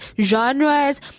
genres